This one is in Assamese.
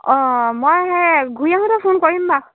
অঁ মই সে ঘূৰি আহোঁতে ফোন কৰিম বাৰু